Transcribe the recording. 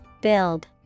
Build